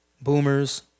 boomers